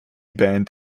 band